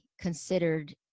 considered